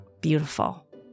beautiful